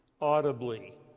audibly